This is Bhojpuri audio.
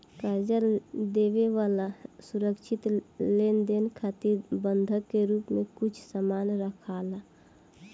कर्जा देवे वाला सुरक्षित लेनदेन खातिर बंधक के रूप में कुछ सामान राखेला